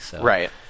Right